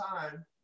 time